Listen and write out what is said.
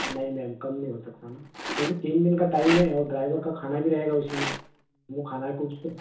नहीं मैम कम नहीं हो सकता ना क्योंकि तीन दिन का टाइम है और ड्राइवर का खाना भी रहेगा उसी में वह खाना कुछ तो